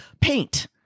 paint